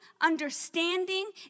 understanding